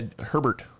herbert